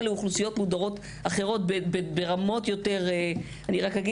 לאוכלוסיות מודרות אחרות ברמות יותר גבוהות.